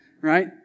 right